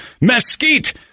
mesquite